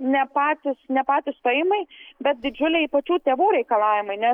ne patys ne patys stojimai bet didžiuliai pačių tėvų reikalavimai nes